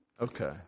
Okay